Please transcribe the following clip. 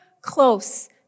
close